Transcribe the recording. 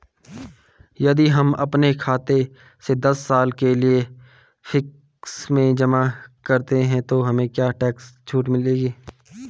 यदि हम अपने खाते से दस साल के लिए फिक्स में जमा करते हैं तो हमें क्या टैक्स में छूट मिलेगी?